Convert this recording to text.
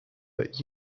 but